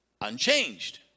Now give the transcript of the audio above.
unchanged